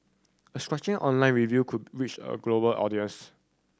a scathing online review could reach a global audience